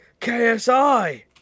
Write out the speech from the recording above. KSI